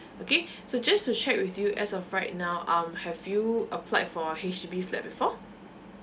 okay so just to check with you as of right now um have you applied for H_D_B flat before